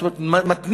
זאת אומרת, מתנים